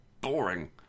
boring